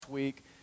week